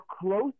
close